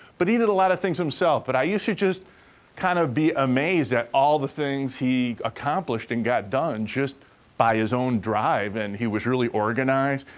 but he did a lot of things himself. but i used to just kind of be amazed at all the things he accomplished and got done just by his own drive. and he was really organized,